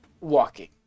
Walking